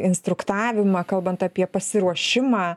instruktavimą kalbant apie pasiruošimą